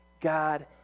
God